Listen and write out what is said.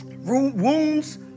Wounds